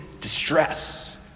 distress